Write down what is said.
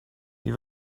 wie